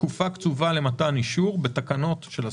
תקופה קצובה למתן אישור, בתקנות של השר.